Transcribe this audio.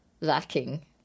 lacking